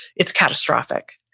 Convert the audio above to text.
it's catastrophic.